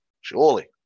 Surely